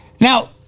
Now